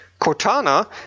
Cortana